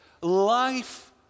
...life